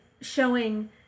showing